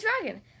dragon